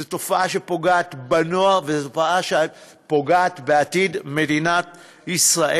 זו תופעה שפוגעת בנוער וזו תופעה שפוגעת בעתיד מדינת ישראל.